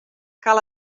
cal